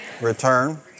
return